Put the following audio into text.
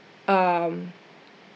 um